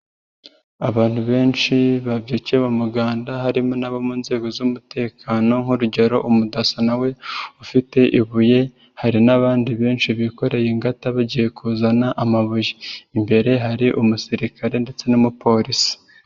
Abantu benshi babyukiye mu umuganda, harimo n'abo mu nzego z'umutekano nk'urugero umudaso na we ufite ibuye, hari n'abandi benshi bikoreye ingata bagiye kuzana amabuye. Imbere hari umusirikare ndetse n'umupolisi.